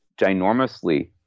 ginormously